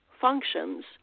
functions